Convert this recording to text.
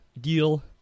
deal